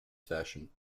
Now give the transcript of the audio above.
fashion